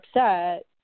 upset